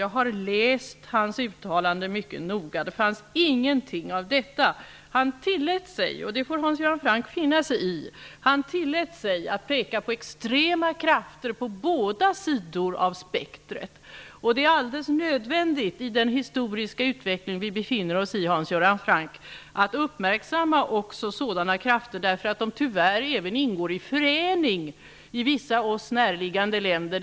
Jag har läst hans uttalanden mycket noga, och det fanns ingenting av detta. Statsministern tillät sig -- och det får Hans Göran Franck finna sig i -- att peka på extrema krafter på båda sidor av spektrumet. Det är alldeles nödvändigt att i den historiska utveckling som vi befinner oss i, Hans Göran Franck, uppmärksamma också sådana krafter, därför att de tyvärr även ingår i förening i vissa av oss närliggande länder.